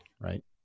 right